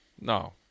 No